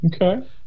Okay